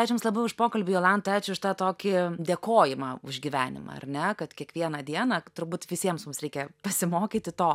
ačiū jums labai už pokalbį jolanta ačiū už tą tokį dėkojimą už gyvenimą ar ne kad kiekvieną dieną turbūt visiems mums reikia pasimokyti to